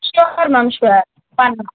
sure ma'am sure